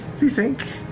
do you think?